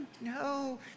no